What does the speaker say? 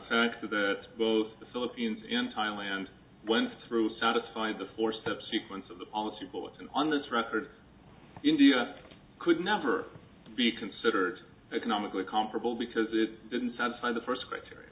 character that both the philippines in thailand went through to satisfy the four step sequence of the policy bulletin on this record india could never be considered economically comparable because it didn't satisfy the first criteria